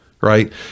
right